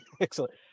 Excellent